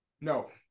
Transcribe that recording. No